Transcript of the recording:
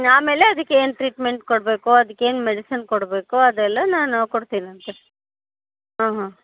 ಆಮೇಲೆ ಅದಕ್ಕೆ ಏನು ಟ್ರೀಟ್ಮೆಂಟ್ ಕೊಡಬೇಕೋ ಅದಕ್ಕೇನು ಮೆಡಿಸಿನ್ ಕೊಡಬೇಕೋ ಅದೆಲ್ಲ ನಾನು ಕೊಡ್ತೀನಂತೆ ಹಾಂ ಹಾಂ